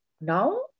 Now